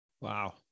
Wow